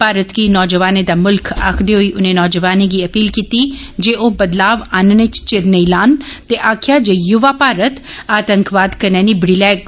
भारत गी नौजवानें दा मुल्ख आक्खदे होई उनें नौजवानें गी अपील कीती जे ओ बदलाव आनने च चिर नेईं लान ते आक्खेआ जे यूवा भारत आतंकवाद कन्नै निबड़ी लैग